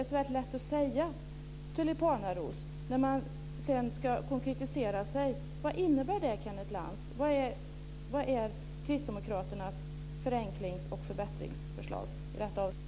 Det är så väldigt lätt att säga tulipanaros. Men sedan ska man konkretisera sig. Vad innebär det, Kenneth Lantz? Vad är kristdemokraternas förenklings och förbättringsförslag i detta avseende?